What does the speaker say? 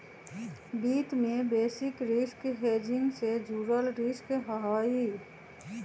वित्त में basis risk hedging से जुड़ल रिस्क हहई